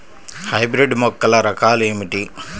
Hybrid మొక్కల రకాలు ఏమిటి?